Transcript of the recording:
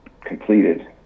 completed